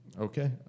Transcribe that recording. Okay